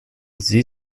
sie